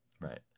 right